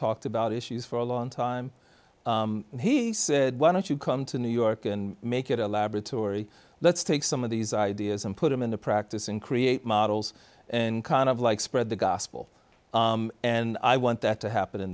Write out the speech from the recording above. talked about issues for a long time and he said why don't you come to new york and make it a laboratory let's take some of these ideas and put them into practice and create models and kind of like spread the gospel and i want that to happen in